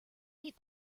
meet